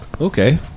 Okay